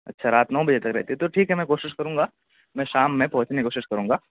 اچھا رات نو بجے تک رہتی ہے تو ٹھیک ہے میں کوشش کروں گا میں شام میں پہنچنے کی کوشش کروں گا